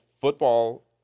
football